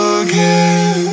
again